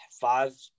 five